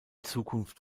zukunft